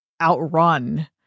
outrun